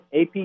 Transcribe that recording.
AP